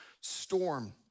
storm